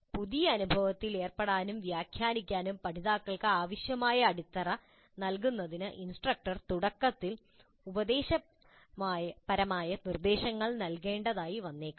പുതിയ അനുഭവത്തിൽ ഏർപ്പെടാനും വ്യാഖ്യാനിക്കാനും പഠിതാക്കൾക്ക് ആവശ്യമായ അടിത്തറ മുൻവ്യവസ്ഥാ അറിവ് നൽകുന്നതിന് ഇൻസ്ട്രക്ടർ തുടക്കത്തിൽ ഉപദേശപരമായ നിർദ്ദേശങ്ങൾ നൽകേണ്ടതായി വന്നേക്കാം